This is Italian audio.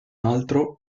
altro